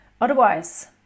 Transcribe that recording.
otherwise